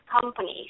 companies